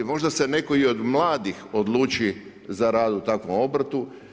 Možda se netko i od mladih odluči za rad u takvom obrtu.